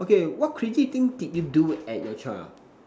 okay what crazy thing did you do at your child